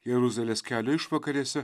jeruzalės kelio išvakarėse